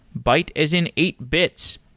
byte as in eight bytes.